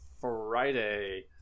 Friday